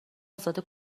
ازاده